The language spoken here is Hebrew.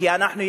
כי אנחנו,